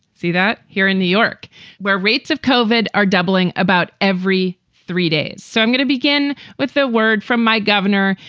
see that here in new york where rates of covered are doubling about every three days. so i'm going to begin with the word from my governor.